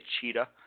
cheetah